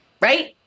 right